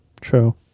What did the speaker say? true